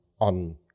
on